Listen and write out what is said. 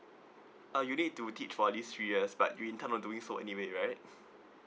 uh you need to teach for at least three years but you intend of doing so anyway right